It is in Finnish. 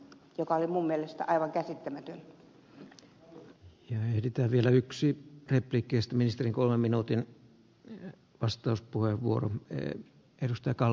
minä viittaan vaan halla ahon tuomioon joka oli minun mielestäni aivan käsittämätön